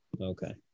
Okay